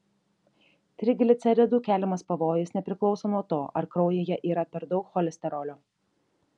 trigliceridų keliamas pavojus nepriklauso nuo to ar kraujyje yra per daug cholesterolio